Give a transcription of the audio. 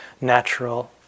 natural